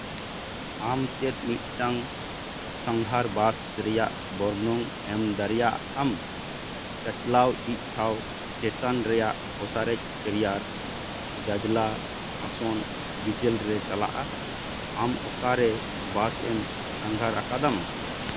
ᱟᱢ ᱪᱮᱫ ᱢᱤᱫᱴᱟᱝ ᱥᱟᱸᱜᱷᱟᱨ ᱵᱟᱥ ᱨᱮᱭᱟᱜ ᱵᱚᱨᱱᱚᱱ ᱮᱢ ᱫᱟᱲᱮᱭᱟᱜᱼᱟᱢ ᱪᱟᱪᱟᱞᱟᱣᱤᱡ ᱴᱷᱟᱶ ᱪᱮᱛᱚᱱ ᱨᱮᱭᱟᱜ ᱯᱨᱚᱥᱟᱨᱮᱡ ᱛᱮᱭᱟᱨ ᱡᱟᱡᱽᱞᱟ ᱟᱥᱚᱱ ᱰᱤᱡᱮᱞ ᱨᱮ ᱪᱟᱞᱟᱜᱼᱟ ᱟᱢ ᱚᱠᱟᱨᱮ ᱵᱟᱥᱮᱢ ᱥᱟᱸᱜᱷᱟᱨ ᱟᱠᱟᱫᱟᱢ